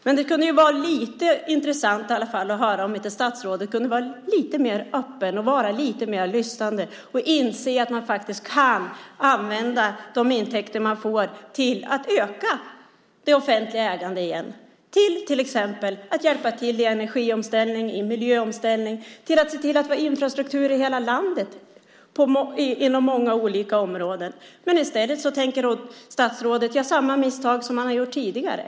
Men det skulle vara intressant att höra om inte statsrådet kunde vara lite mer öppen och lyssnande och inse att vi kan använda de intäkter vi får till att öka det offentliga ägandet igen, till att hjälpa till i energiomställning och miljöomställning till exempel, till att se till att vi har infrastruktur i hela landet inom många olika områden. I stället tänker statsrådet göra samma misstag som man har gjort tidigare.